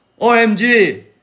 OMG